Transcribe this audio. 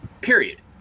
period